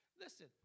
Listen